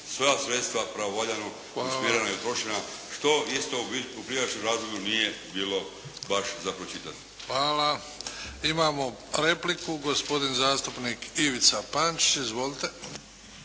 sva sredstva pravovaljano usmjerena i utrošena što isto u prijašnjem razdoblju nije bilo baš za pročitati. **Bebić, Luka (HDZ)** Hvala. Imamo repliku, gospodin zastupnik Ivica Pančić. Izvolite.